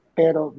pero